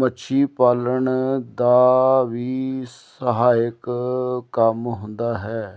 ਮੱਛੀ ਪਾਲਣ ਦਾ ਵੀ ਸਹਾਇਕ ਕੰਮ ਹੁੰਦਾ ਹੈ